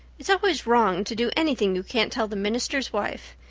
it's always wrong to do anything you can't tell the minister's wife.